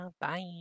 bye